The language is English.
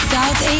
South